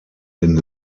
den